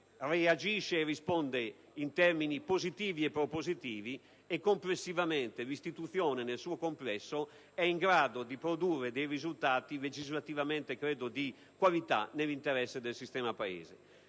reagisce e risponde in termini positivi e propositivi e che complessivamente l'istituzione nel suo complesso è in grado di produrre risultati legislativamente di qualità nell'interesse del sistema Paese.